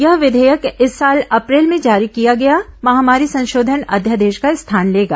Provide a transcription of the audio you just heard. यह विधेयक इस साल अप्रैल में जारी किया गया महामारी संशोधन अध्यादेश का स्थान लेगा